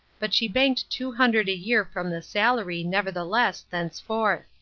but she banked two hundred a year from the salary, nevertheless, thenceforth.